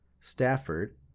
Stafford